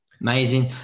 Amazing